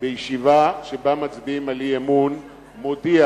בישיבה שבה מצביעים על אי-אמון ומודיע,